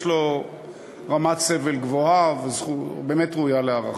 יש לו רמת סבל גבוהה ובאמת ראויה להערכה.